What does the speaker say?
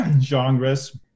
genres